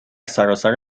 سراسر